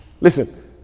Listen